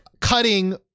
cutting